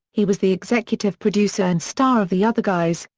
he was the executive producer and star of the other guys,